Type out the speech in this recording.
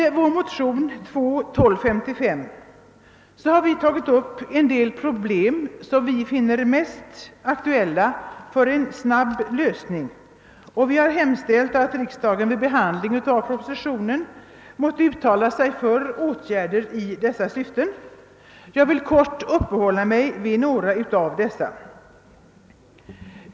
| I vår motion IL: 1255 har vi tagit upp de problem som vi finner mest aktuella för en snar lösning. Vi har hemställt att riksdagen vid behandlingen av propositionen måtte uttala sig för åtgärder i dessa syften. Jag vill helt kort uppehålla mig vid några av dem.